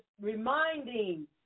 reminding